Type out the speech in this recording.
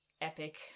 epic